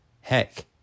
Heck